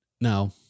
Now